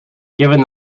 given